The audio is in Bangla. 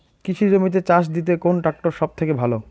কৃষি জমিতে চাষ দিতে কোন ট্রাক্টর সবথেকে ভালো?